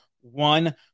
one